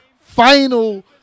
final